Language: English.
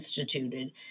instituted